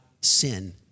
sin